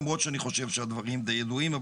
למרות שאני חושב שהדברים די ידועים,